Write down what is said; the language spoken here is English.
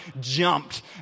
jumped